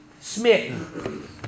smitten